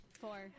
Four